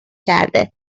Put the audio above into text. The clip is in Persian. کرده